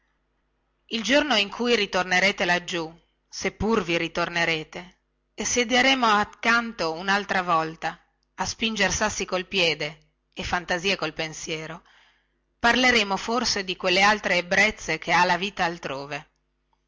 il giorno in cui ritornerete laggiù se pur vi ritornerete e siederemo accanto unaltra volta a spinger sassi col piede e fantasie col pensiero parleremo forse di quelle altre ebbrezze che ha la vita altrove